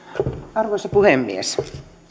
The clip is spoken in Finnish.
arvoisa puhemies